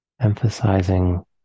Emphasizing